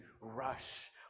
rush